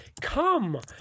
come